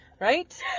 right